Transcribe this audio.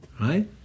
Right